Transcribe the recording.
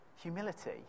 Humility